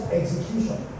execution